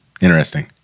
Interesting